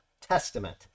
Testament